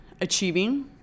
achieving